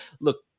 Look